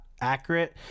accurate